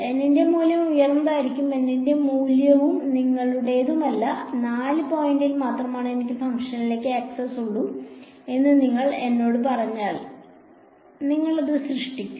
N ന്റെ മൂല്യം ഉയർന്നതായിരിക്കും N ന്റെ ഒരു മൂല്യവും നിങ്ങളുടേതല്ല 4 പോയിന്റിൽ മാത്രമേ എനിക്ക് ഫംഗ്ഷനിലേക്ക് ആക്സസ് ഉള്ളൂ എന്ന് നിങ്ങൾ എന്നോട് പറഞ്ഞാൽ നിങ്ങൾ അത് സൃഷ്ടിക്കും